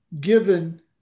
given